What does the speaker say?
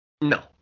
no